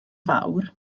fawr